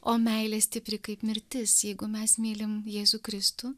o meilė stipri kaip mirtis jeigu mes mylim jėzų kristų